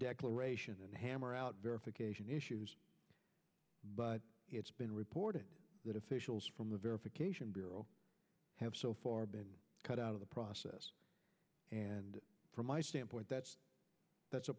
declaration and hammer out verification issues but it's been reported that officials from the verification bureau have so far been cut out of the process and from my standpoint that's